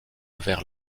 vers